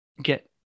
get